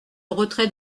retrait